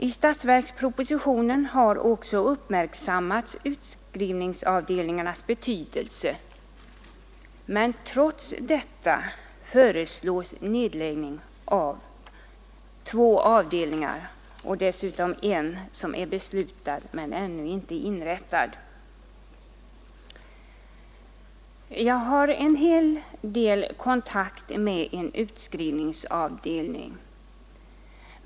I statsverkspropositionen har också utskrivningsavdelningarnas betydelse uppmärksammats, men trots detta föreslås nedläggning av två befintliga avdelningar och dessutom av en som har beslutats men ännu inte inrättats. Jag har en hel del kontakt med en utskrivningsavdelning.